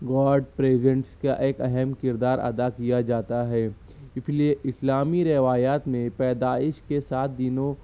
good presents کا ایک اہم کردار ادا کیا جاتا ہے اس لیے اسلامی روایات میں پیدائش کے سات دنوں